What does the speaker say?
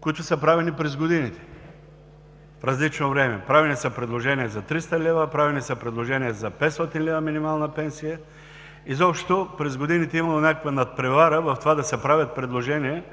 които са правени през годините в различно време. Правени са предложения за 300 лв., правени са предложения за 500 лв. минимална пенсия, изобщо през годините е имало някаква надпревара в това да се правят предложения